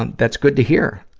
and that's good to hear.